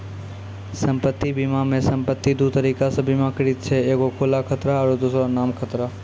सम्पति बीमा मे सम्पति दु तरिका से बीमाकृत छै एगो खुला खतरा आरु दोसरो नाम खतरा